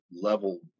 level